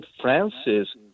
Francis